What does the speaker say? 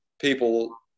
people